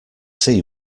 see